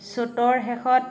চ'তৰ শেষত